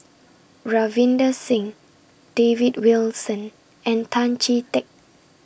Ravinder Singh David Wilson and Tan Chee Teck